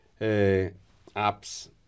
apps